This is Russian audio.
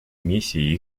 миссии